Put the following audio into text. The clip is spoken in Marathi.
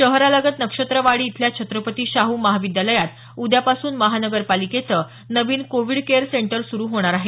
शहरालगत नक्षत्रवाडी इथल्या छत्रपती शाहू महाविद्यालयात उद्यापासून महानगरपालिकेचं नवीन कोविड केयर सेंटर सुरु होणार आहे